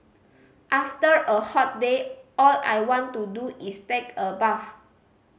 after a hot day all I want to do is take a bath